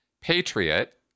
Patriot